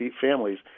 families